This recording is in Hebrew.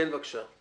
כן, בבקשה.